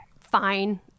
fine